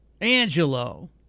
Angelo